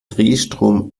drehstrom